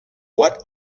what